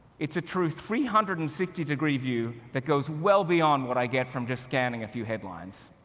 it's a true three hundred and sixty degree view that goes well beyond what i get from just scanning a few headlines.